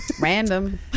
random